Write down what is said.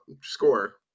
score